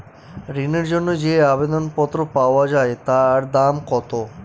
ঋণের জন্য যে আবেদন পত্র পাওয়া য়ায় তার দাম কত?